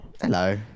Hello